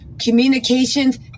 communications